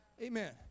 Amen